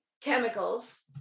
chemicals